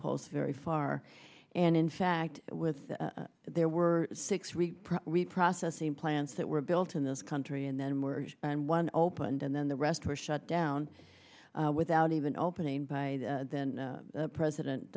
posts very far and in fact with there were six we read processing plants that were built in this country and then more and one opened and then the rest were shut down without even opening by then president